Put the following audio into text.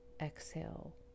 exhale